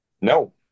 No